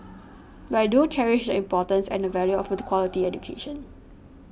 but I do cherish the importance and the value of the quality education